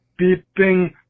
beeping